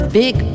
big